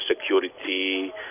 security